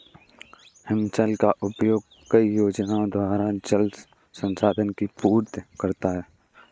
हिमशैल का उपयोग कई योजनाओं द्वारा जल संसाधन की पूर्ति करता है